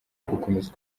gukomeza